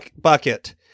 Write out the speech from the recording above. bucket